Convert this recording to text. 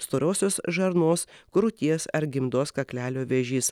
storosios žarnos krūties ar gimdos kaklelio vėžys